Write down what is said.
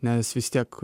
nes vis tiek